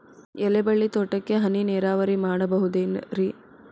ಎಲೆಬಳ್ಳಿ ತೋಟಕ್ಕೆ ಹನಿ ನೇರಾವರಿ ಮಾಡಬಹುದೇನ್ ರಿ?